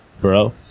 Bro